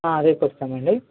రేపు వస్తామండి